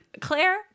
Claire